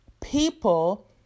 people